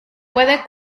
puede